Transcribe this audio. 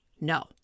No